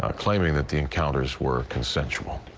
ah claiming that the encounters were consensual.